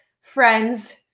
friends